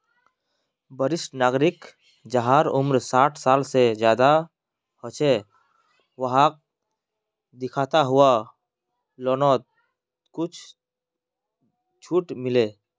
वरिष्ठ नागरिक जहार उम्र साठ साल से ज्यादा हो छे वाहक दिखाता हुए लोननोत कुछ झूट मिले